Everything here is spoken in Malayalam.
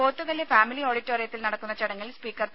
പോത്തുകല്ല് ഫാമിലി ഓഡിറ്റോറിയത്തിൽ നടക്കുന്ന ചടങ്ങിൽ സ്പീക്കർ പി